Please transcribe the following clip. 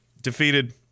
defeated